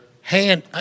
Hand